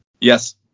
yes